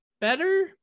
better